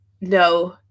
No